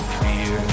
fear